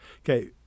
Okay